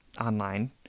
online